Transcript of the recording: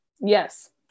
Yes